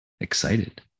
excited